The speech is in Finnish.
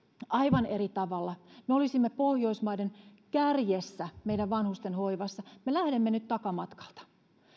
aivan eri tavalla me olisimme pohjoismaiden kärjessä meidän vanhustenhoivassa me lähdemme nyt takamatkalta